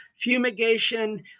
fumigation